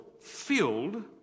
filled